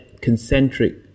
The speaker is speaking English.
concentric